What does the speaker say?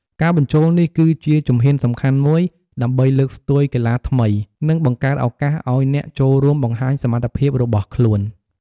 ការបញ្ចូលនេះគឺជាជំហានសំខាន់មួយដើម្បីលើកស្ទួយកីឡាថ្មី និងបង្កើតឱកាសឱ្យអ្នកចូលរួមបង្ហាញសមត្ថភាពរបស់ខ្លួន។